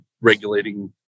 regulating